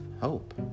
hope